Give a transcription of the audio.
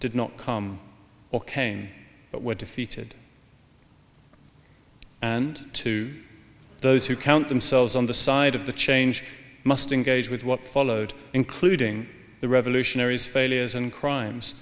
did not come or came but were defeated and to those who count themselves on the side of the change must engage with what followed including the revolutionaries failures and crimes